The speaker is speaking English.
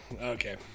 okay